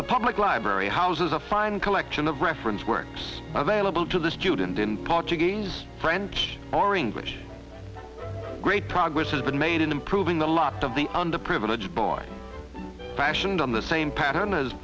the public library houses a fine collection of reference works available to the student in part against french or english great progress has been made in improving the lot of the under privileged boys fashioned on the same pattern as